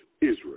Israel